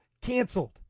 canceled